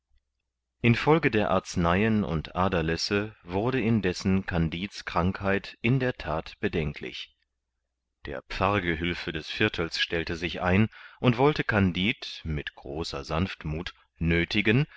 in folge der arzneien und aderlässe wurde indessen kandid's krankheit in der that bedenklich der pfarrgehülfe des viertels stellte sich ein und wollte kandid mit großer sanftmuth nöthigen